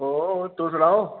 होर तुस सनाओ